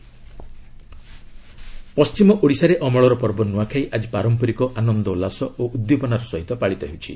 ନ୍ନଆଁଖାଇ ପଣ୍ଟିମ ଓଡ଼ିଶାରେ ଅମଳର ପର୍ବ ନୂଆଖାଇ ଆଜି ପାରମ୍ପରିକ ଆନନ୍ଦ ଉଲ୍ଲାସ ଓ ଉଦ୍ଦୀପନାର ସହ ପାଳିତ ହେଉଛି